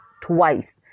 twice